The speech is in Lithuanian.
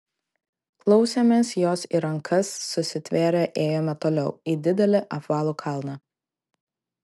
klausėmės jos ir rankas susitvėrę ėjome toliau į didelį apvalų kalną